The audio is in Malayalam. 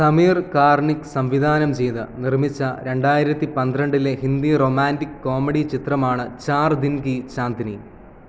സമീർ കാർണിക് സംവിധാനം ചെയ്ത് നിർമ്മിച്ച രണ്ടായിരത്തി പന്ത്രണ്ടിലെ ഹിന്ദി റൊമാന്റിക് കോമഡി ചിത്രമാണ് ചാർ ദിൻ കി ചാന്ദ്നി